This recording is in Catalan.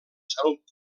salut